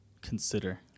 consider